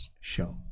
show